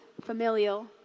familial